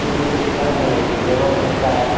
तीन सौ रुपये में लेबर खटता है